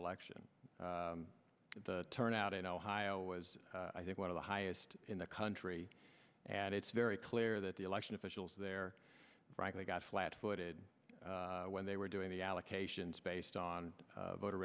election the turnout in ohio was i think one of the highest in the country and it's very clear that the election officials there frankly got flatfooted when they were doing the allocations based on voter